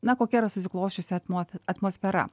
na kokia yra susiklosčiusi atmo atmosfera